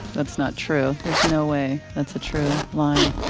that's not true. there's no way that's a true line.